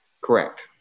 Correct